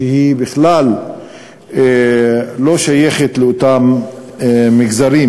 שבכלל לא שייכת לאותם מגזרים.